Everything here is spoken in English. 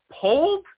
pulled